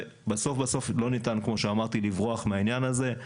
ובסוף לא ניתן, כמו שאמרתי, לברוח מהעניין הזה.